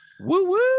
Woo